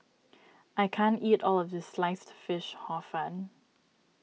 I can't eat all of this Sliced Fish Hor Fun